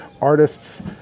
artists